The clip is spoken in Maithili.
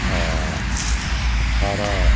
आओर अठारह